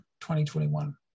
2021